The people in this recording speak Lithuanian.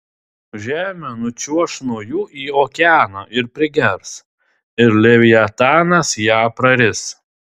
žemė nučiuoš nuo jų į okeaną ir prigers ir leviatanas ją praris